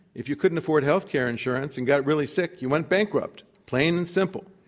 if you couldn't afford health care insurance and got really sick, you went bankrupt, plain and simple,